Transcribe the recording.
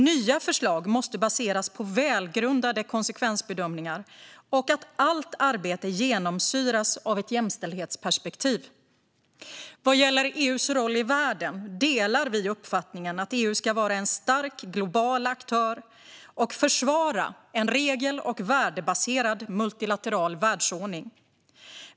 Nya förslag måste baseras på välgrundade konsekvensbedömningar och på att allt arbete genomsyras av ett jämställdhetsperspektiv. Vad gäller EU:s roll i världen delar vi uppfattningen att EU ska vara en stark global aktör och försvara en regel och värdebaserad multilateral världsordning.